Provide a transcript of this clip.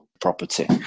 property